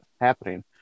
happening